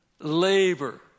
labor